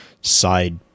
side